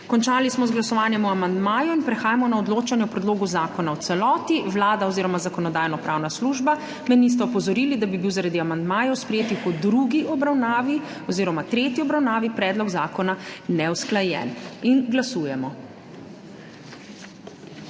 Končali smo z glasovanjem o amandmaju in prehajamo na odločanje o predlogu zakona v celoti. Vlada oziroma Zakonodajno-pravna služba me nista opozorili, da bi bil zaradi amandmajev, sprejetih v drugi obravnavi oziroma tretji obravnavi, predlog zakona neusklajen. Glasujemo.